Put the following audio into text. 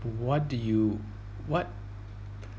what do you what